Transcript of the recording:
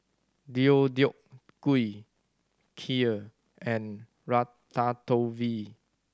Deodeok Gui Kheer and Ratatouille